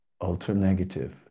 Ultra-negative